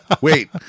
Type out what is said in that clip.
wait